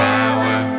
Power